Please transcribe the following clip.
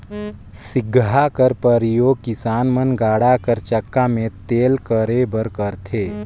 सिगहा कर परियोग किसान मन गाड़ा कर चक्का मे तेल करे बर करथे